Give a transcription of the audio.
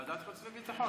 ועדת חוץ וביטחון.